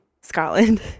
Scotland